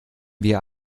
wir